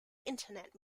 internet